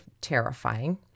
terrifying